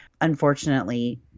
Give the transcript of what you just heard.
Unfortunately